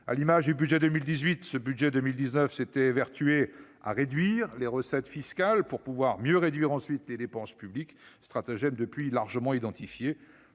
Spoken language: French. À l'image du budget de 2018, il s'était évertué à réduire les recettes fiscales pour pouvoir mieux réduire ensuite les dépenses publiques : un stratagème depuis largement identifié.